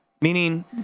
Meaning